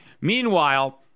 Meanwhile